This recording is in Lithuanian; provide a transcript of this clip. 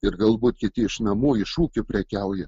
ir galbūt kiti iš namų iš ūkių prekiauja